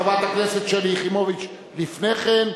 חברת הכנסת שלי יחימוביץ לפני כן,